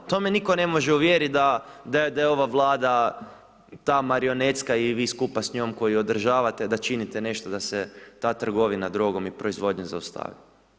To me nitko ne može uvjeriti da je ova Vlada, ta marionetska i vi skupa s njom koji je održavate, da činite nešto da se ta trgovina drogom i proizvodnja, zaustavi.